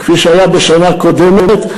כפי שהיה בשנה קודמת,